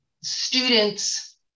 students